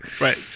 right